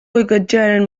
goikoetxearen